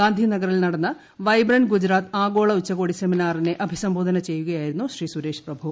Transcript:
ഗാന്ധി നഗറിൽ നടന്ന വൈബ്രന്റ് ഗുജറാത്ത് ആഗോള ഉച്ചകോടി സെമിനാ റിനെ അഭിസംബോധന ചെയ്യുകയായിരുന്നു ശ്രീ സുരേഷ് പ്രഭു